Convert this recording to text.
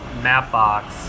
Mapbox